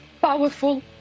powerful